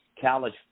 College